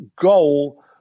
goal